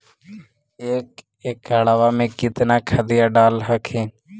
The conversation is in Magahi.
एक एकड़बा मे कितना खदिया डाल हखिन?